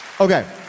Okay